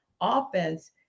offense